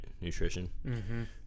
nutrition